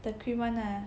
the Kream [one] ah